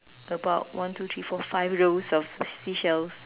about one two three four five rows of seashells